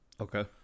Okay